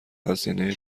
هزینه